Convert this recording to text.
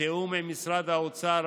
לתיאום עם משרד האוצר,